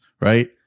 right